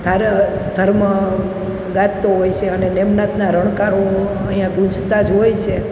ધાર્મ ધર્મ ગાજતો હોય છે અને નિમનાથના રણકારો અહીંયાં ગુંજતા જ હોય છે